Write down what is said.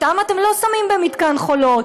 אותם אתם לא שמים במתקן חולות,